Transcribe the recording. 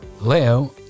Leo